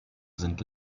sind